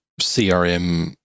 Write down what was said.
CRM